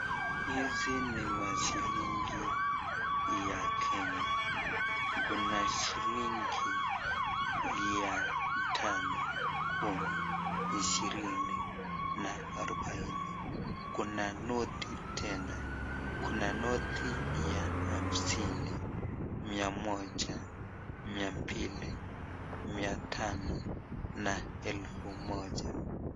Hizi ni mashilingi ya kenya, kuna shilingi ya tano, kumi, ishirini na arubaine. Kuna noti tena kuna noti ya hamsini, mia moja, mia mbili, mia tano na elfu moja.